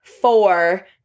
four